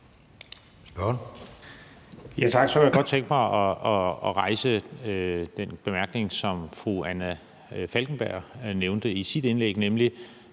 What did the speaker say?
Tak. Så kunne jeg godt tænke mig at nævne det spørgsmål, som fru Anna Falkenberg kom med i sit indlæg, nemlig